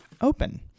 open